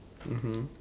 mmhmm